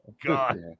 God